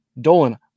Dolan